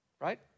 right